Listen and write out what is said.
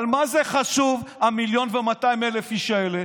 אבל מה זה חשוב המיליון ו-200,000 איש האלה?